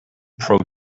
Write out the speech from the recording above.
pro